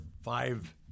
five